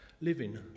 Living